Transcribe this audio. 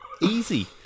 easy